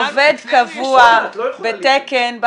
עובד קבוע בתקן,